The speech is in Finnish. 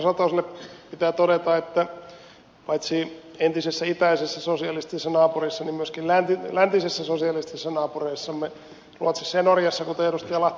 satoselle pitää todeta että paitsi entisessä itäisessä sosialistisessa naapurissa myöskin läntisissä sosialistisissa naapureissamme ruotsissa ja norjassa kuten ed